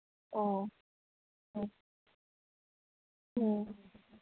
ꯑꯣ ꯑꯣ